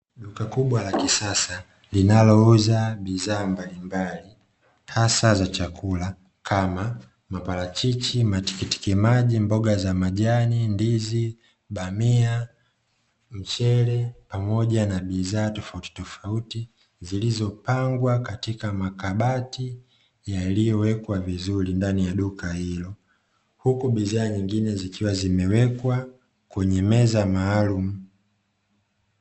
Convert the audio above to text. Duka kubwa la kisasa linalouza bidhaa mbalimbali, hasa za chakula kama: maparachichi, matikitiki maji, mboga za majani, ndizi, bamia, mchele pamoja na bidhaa tofautitofauti zilizopangwa katika makabati yaliyowekwa vizuri ndani ya duka hilo, huku bidhaa nyingine zikiwa zimewekwa kwenye meza maalumu.